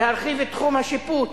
להרחיב את תחום השיפוט